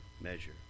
measure